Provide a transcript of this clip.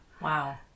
wow